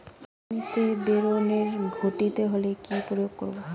জমিতে বোরনের ঘাটতি হলে কি প্রয়োগ করব?